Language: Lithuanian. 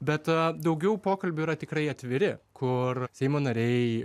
bet daugiau pokalbių yra tikrai atviri kur seimo nariai